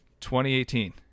2018